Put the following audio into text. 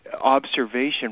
observation